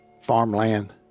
farmland